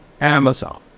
Amazon